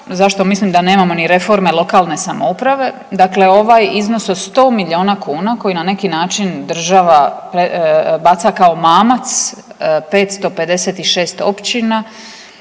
zašto mislim da nemamo ni reformu lokalne samouprave, dakle ovaj iznos od 100 milijuna kuna koji na neki način država baca kao mamac, 556 općina